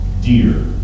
Dear